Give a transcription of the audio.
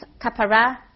kapara